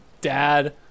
dad